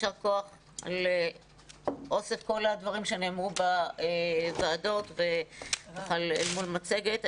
יישר כוח על אוסף כל הדברים שנאמרו בוועדות ואל מול המצגת.